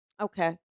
Okay